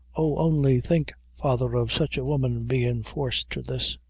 only think, father, of sich a woman bein' forced to this!